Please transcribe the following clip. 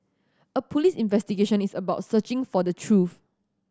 a police investigation is about searching for the truth